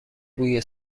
بوی